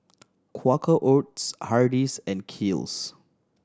Quaker Oats Hardy's and Kiehl's